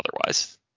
otherwise